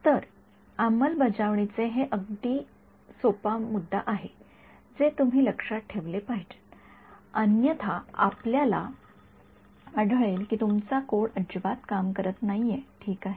तर अंमलबजावणीचे हे अगदी सोपा मुद्दे आहेत जे तुम्ही लक्षात ठेवले पाहिजेत अन्यथा आपल्याला आढळेल की तुमचा कोड अजिबात काम करत नाहीये ठीक आहे